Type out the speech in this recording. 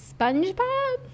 SpongeBob